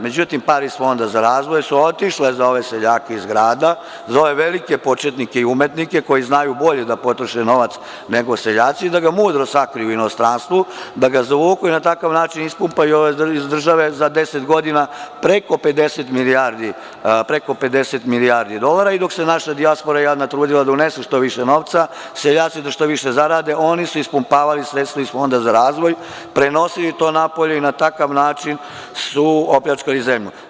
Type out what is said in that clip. Međutim, pare iz Fonda za razvoj su otišle za ove seljake iz grada, za ove velike početnike i umetnike koji znaju bolje da potroše novac nego seljaci, da ga mudro sakriju u inostranstvu, da ga zavuku i na takav način ispumpaju iz države za 10 godina preko 50 milijardi dolara i dok se naša dijaspora jadna trudila da unese što više novca, seljaci da što više zarade, oni su ispumpavali sredstava iz Fonda za razvoj, prenosili to napolje i na takav način su opljačkali zemlju.